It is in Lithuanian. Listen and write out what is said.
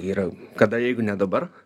yra kada jeigu ne dabar